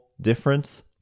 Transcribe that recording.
difference